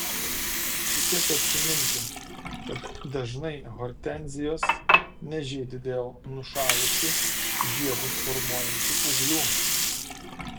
reikėtų atsiminti kad dažnai hortenzijos nežydi dėl nušalusių žiedus formuojančių ūglių